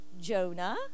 Jonah